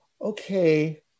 okay